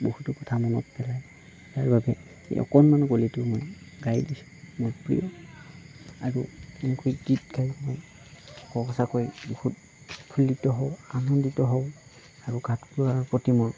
বহুতো কথা মনত পেলায় আৰু আৱেগ এই অকণমানি কলিটো মই গাই দিছোঁ মোৰ প্ৰিয় আৰু এনেকৈ গীত গাই মই সঁচাকৈ বহুত উৎফুল্লিত হওঁ আনন্দিত হওঁ আৰু গানটোৰ প্ৰতি মোৰ